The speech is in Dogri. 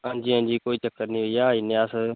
हांजी हांजी कोई चक्कर निं भेइया आई जन्नें आं अस